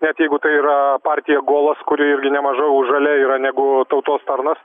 net jeigu tai yra partija golas kuri irgi nemažiau žalia yra negu tautos tarnas